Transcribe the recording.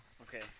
Okay